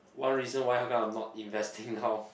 one reason why how come I'm not investing now